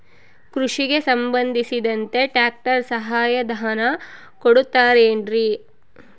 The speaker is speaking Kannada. ಕೃಷಿಗೆ ಸಂಬಂಧಿಸಿದಂತೆ ಟ್ರ್ಯಾಕ್ಟರ್ ಸಹಾಯಧನ ಕೊಡುತ್ತಾರೆ ಏನ್ರಿ?